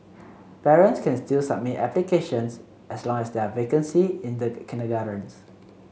parents can still submit applications as long as there are vacancies in the kindergartens